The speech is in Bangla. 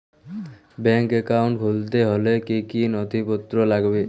ব্যাঙ্ক একাউন্ট খুলতে হলে কি কি নথিপত্র লাগবে?